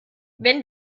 wenn